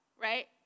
right